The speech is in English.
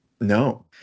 No